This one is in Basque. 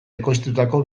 ekoiztutako